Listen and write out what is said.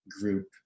group